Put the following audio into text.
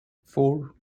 four